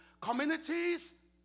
communities